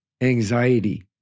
Anxiety